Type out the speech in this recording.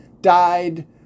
died